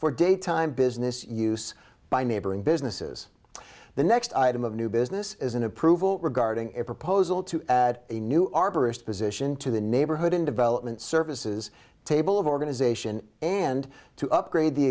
for daytime business use by neighboring businesses the next item of new business is an approval regarding a proposal to add a new arborists position to the neighborhood and development services table of organization and to upgrade the